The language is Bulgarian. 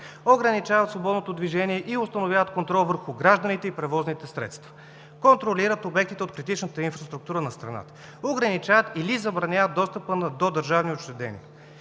ограничават свободното движение и установяват контрол върху гражданите и превозните средства; контролират обектите от критичната инфраструктура на страната, ограничават или забраняват достъпа до държавни учреждения;